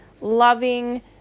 loving